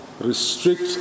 restrict